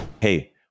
Hey